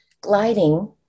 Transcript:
gliding